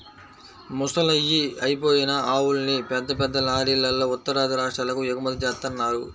ముసలయ్యి అయిపోయిన ఆవుల్ని పెద్ద పెద్ద లారీలల్లో ఉత్తరాది రాష్ట్రాలకు ఎగుమతి జేత్తన్నారు